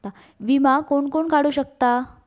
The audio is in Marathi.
विमा कोण कोण काढू शकता?